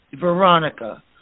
Veronica